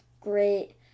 great